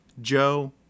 Joe